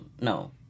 No